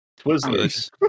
Twizzlers